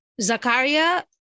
Zakaria